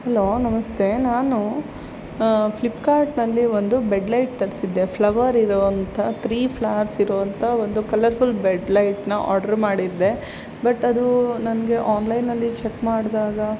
hello ನಮಸ್ತೆ ನಾನು ಫ್ಲಿಪ್ಕಾರ್ಟ್ನಲ್ಲಿ ಒಂದು ಬೆಡ್ಲೈಟ್ ತರಿಸಿದ್ದೆ ಫ್ಲವರ್ ಇರುವಂಥ ತ್ರೀ ಫ್ಲವರ್ಸ್ ಇರುವಂಥ ಒಂದು ಕಲರ್ಫುಲ್ ಬೆಡ್ಲೈಟನ್ನ ಆರ್ಡ್ರ್ ಮಾಡಿದ್ದೆ ಬಟ್ ಅದು ನನಗೆ ಆನ್ಲೈನ್ನಲ್ಲಿ ಚೆಕ್ ಮಾಡಿದಾಗ